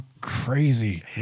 crazy